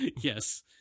Yes